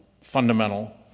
fundamental